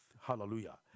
hallelujah